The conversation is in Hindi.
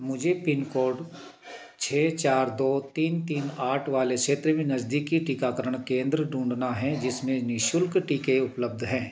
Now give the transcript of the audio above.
मुझे पिन कोड छः चार दो तीन तीन आठ वाले क्षेत्र में नज़दीकी टीकाकरण केंद्र ढूँढना है जिसमें निःशुल्क टीके उपलब्ध हैं